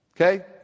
Okay